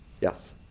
Yes